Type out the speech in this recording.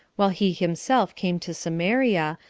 while he himself came to samaria,